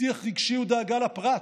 שיח רגשי ודאגה לפרט,